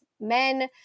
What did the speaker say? men